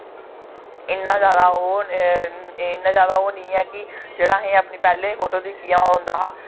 इन्ना जैदा ओह् निं ऐ कि जेह्ड़ा असें पैह्लें दी फोटो दिक्खियै होंदा हा